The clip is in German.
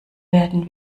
werden